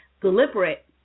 deliberate